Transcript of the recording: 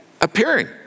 appearing